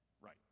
Right